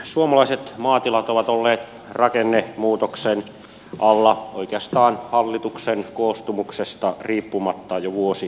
suomalaiset maatilat ovat olleet rakennemuutoksen alla oikeastaan hallituksen koostumuksesta riippumatta jo vuosikymmeniä